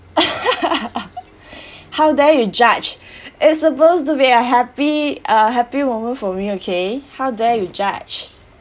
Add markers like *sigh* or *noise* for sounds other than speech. *laughs* how dare you judge it's supposed to be a happy a happy moment for me okay how dare you judge